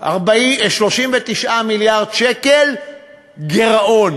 39 מיליארד שקל גירעון.